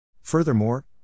Furthermore